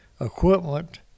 equipment